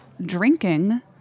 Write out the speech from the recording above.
drinking